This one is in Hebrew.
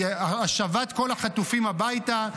השבת כל החטופים הביתה,